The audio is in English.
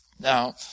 Now